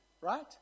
right